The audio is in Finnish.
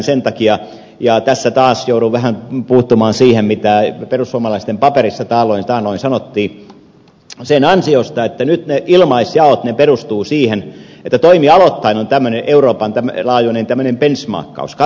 sen takia ja tässä taas joudun vähän puuttumaan siihen mitä perussuomalaisten paperissa taannoin sanottiin sen ansiosta että nyt ne ilmaisjaot perustuvat siihen että toimialoittain on tämmöinen euroopan laajuinen benchmarkkaus